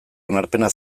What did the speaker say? onarpena